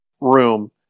room